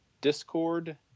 discord